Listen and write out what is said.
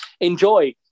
Enjoy